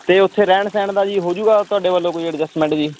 ਅਤੇ ਉੱਥੇ ਰਹਿਣ ਸਹਿਣ ਦਾ ਜੀ ਹੋ ਜਾਊਗਾ ਤੁਹਾਡੇ ਵੱਲੋਂ ਕੋਈ ਐਡਜਸਟਮੈਂਟ ਜੀ